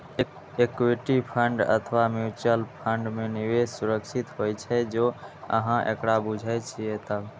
equity fund अथवा mutual fund मे निवेश सुरक्षित होइ छै, जौं अहां एकरा बूझे छियै तब